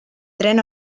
tren